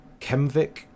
Kemvik